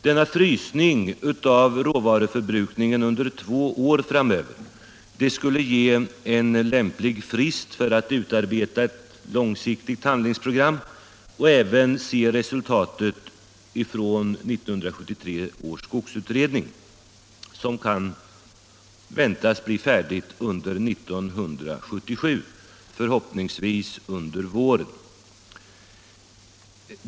Denna ”frysning” av råvaruförbrukningen under två år framöver skulle ge en lämplig frist för att utarbeta ett långsiktigt handlingsprogram och även se resultatet från 1973 års skogsutredning, som kan väntas bli färdigt under 1977, förhoppningsvis under våren.